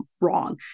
wrong